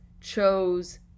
chose